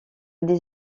des